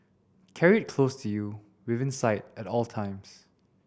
carry it close to you within sight at all times